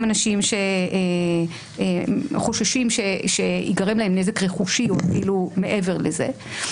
אנשים שחוששים שיגרם להם נזק רכושי או אפילו מעבר לזה,